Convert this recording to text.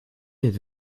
êtes